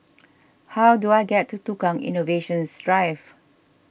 how do I get to Tukang Innovation Drive